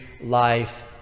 life